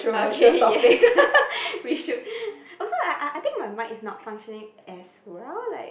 okay yes we should also I I I think my mic is not functioning as well like